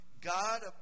God